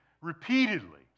repeatedly